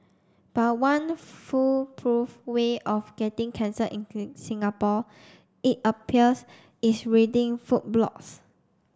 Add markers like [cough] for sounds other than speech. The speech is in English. but one foolproof way of getting cancer in [unintelligible] Singapore it appears is reading food blogs